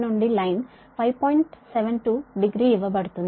72 degree ఇవ్వబడుతుంది